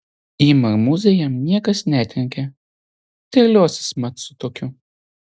į marmuzę jam niekas netrenkia terliosis mat su tokiu